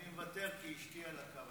אני מוותר כי אשתי על הקו.